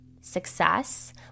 success